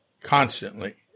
constantly